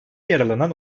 yaralanan